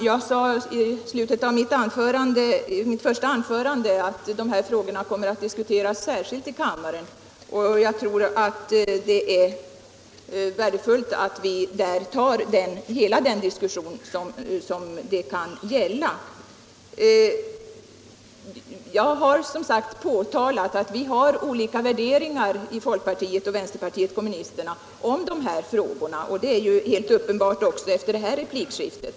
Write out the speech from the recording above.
Herr talman! I slutet av mitt första anförande sade jag att frågan om sex timmars arbetsdag kommer att diskuteras särskilt i kammaren. Det vore värdefullt om vi då tog hela denna diskussion. Jag har förut påtalat att folkpartiet och vpk har olika värderingar när det gäller arbetstidsförkortning — och det är uppenbart också efter detta replikskifte.